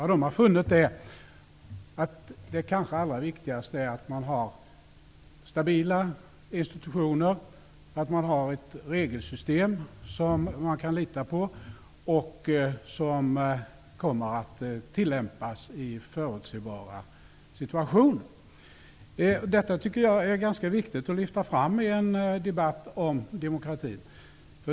De har funnit att det kanske allra viktigaste är att ha stabila institutioner, att ha ett regelsystem som man kan lita på och som kommer att tillämpas på förutsebara situationer. Jag tycker att det är viktigt att lyfta fram detta i en debatt om demokratin.